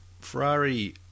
Ferrari